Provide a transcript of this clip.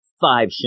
five